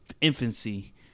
infancy